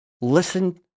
listen